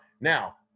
Now